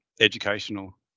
educational